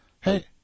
Hey